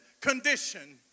condition